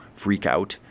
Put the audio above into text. freakout